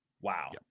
Wow